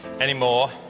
anymore